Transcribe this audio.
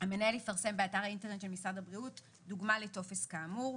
המנהל יפרסם באתר האינטרנט של משרד הבריאות דוגמה לטופס כאמור,